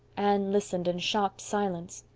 anne listened in shocked silence.